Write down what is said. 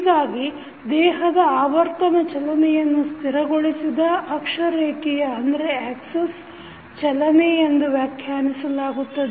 ಹೀಗಾಗಿ ದೇಹದ ಆವರ್ತನ ಚಲನೆಯನ್ನು ಸ್ಥಿರಗೊಳಿಸಿದ ಅಕ್ಷರೇಖೆಯ ಚಲನೆ ಎಂದು ವ್ಯಾಖ್ಯಾನಿಸಲಾಗುತ್ತದೆ